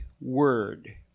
word